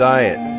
Diet